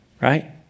Right